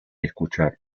escuchar